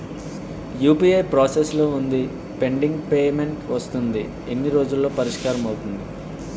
UPI process లో వుంది pending payment వస్తుంది ఎన్ని రోజుల్లో పరిష్కారం అవుతుంది